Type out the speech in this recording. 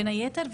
בין היתר,